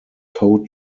code